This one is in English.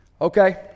okay